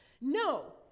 No